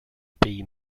pays